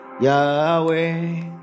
yahweh